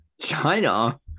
china